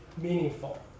meaningful